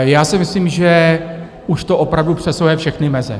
Já si myslím, že už to opravdu přesahuje všechny meze.